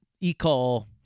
e-call